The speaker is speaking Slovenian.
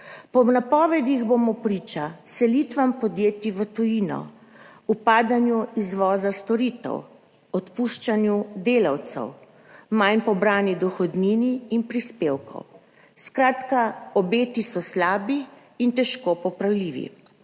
Po napovedih bomo priča selitvam podjetij v tujino, upadanju izvoza storitev, odpuščanju delavcev, manj bo pobrane dohodnine in prispevkov. Skratka, obeti so slabi in težko popravljivi.